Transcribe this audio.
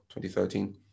2013